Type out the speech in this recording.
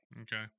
Okay